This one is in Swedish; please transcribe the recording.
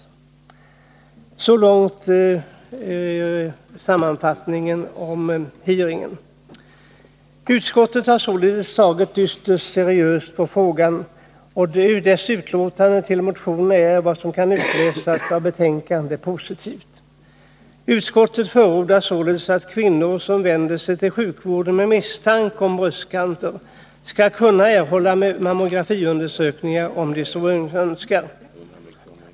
Så långt sammanfattningen av hearingen. Utskottet har således tagit ytterst seriöst på frågan. Och dess utlåtande över motionerna är, som var och en kan utläsa av betänkandet, positivt. Utskottet förordar således att kvinnor som vänder sig till sjukvården med misstanke om bröstcancer skall kunna erhålla mammografiundersökningar om de så önskar.